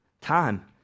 time